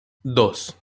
dos